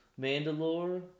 mandalore